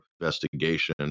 investigation